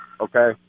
Okay